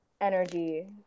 energy